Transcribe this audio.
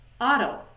Auto